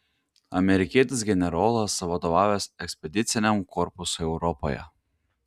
amerikietis generolas vadovavęs ekspediciniam korpusui europoje